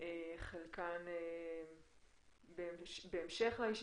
וחלקן בהמשך לה,